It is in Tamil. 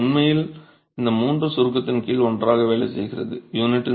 எனவே இது உண்மையில் இந்த மூன்று சுருக்கத்தின் கீழ் ஒன்றாக வேலை செய்கிறது